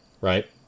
Right